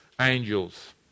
angels